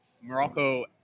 Morocco